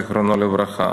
זיכרונו לברכה.